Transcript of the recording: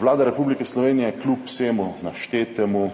Vlada Republike Slovenije kljub vsemu naštetemu